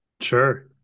Sure